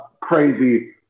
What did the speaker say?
crazy